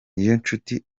niyonshuti